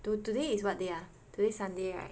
to~ today is what day ah today Sunday right